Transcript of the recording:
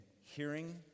hearing